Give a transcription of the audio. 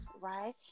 right